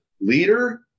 leader